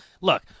look